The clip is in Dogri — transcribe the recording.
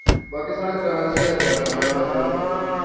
बाकी साढ़े ग्रां च इ'यै जैदा जैदातर तां